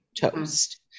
toast